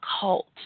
cult